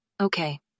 Okay